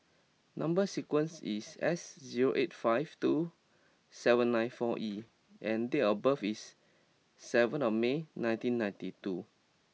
number sequence is S zero eight five two seven nine four E and date of birth is seven of May nineteen ninety two